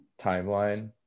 timeline